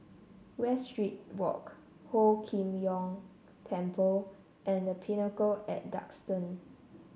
Westridge Walk Ho Kim Kong Temple and The Pinnacle at Duxton